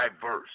diverse